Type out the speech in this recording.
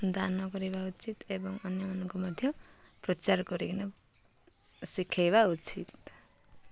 ଦାନ କରିବା ଉଚିତ୍ ଏବଂ ଅନ୍ୟମାନଙ୍କୁ ମଧ୍ୟ ପ୍ରଚାର କରିକିନା ଶିଖେଇବା ଉଚିତ୍